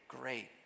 great